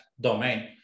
domain